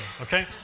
Okay